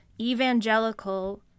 Evangelical